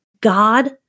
God